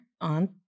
On